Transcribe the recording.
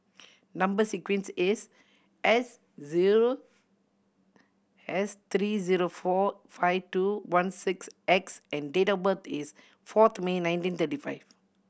number sequence is S zero S three zero four five two one six X and date of birth is fourth May nineteen thirty five